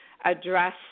address